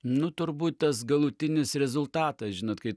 nu turbūt tas galutinis rezultatas žinot kai